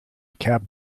cab